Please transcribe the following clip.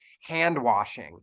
hand-washing